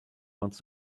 wants